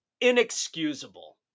inexcusable